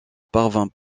parvint